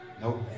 Nope